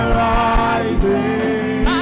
rising